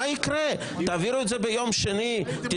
מה יקרה אם תעבירו את זה ביום שני וועדת החוקה